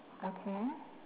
okay